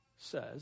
says